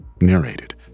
narrated